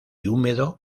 húmedo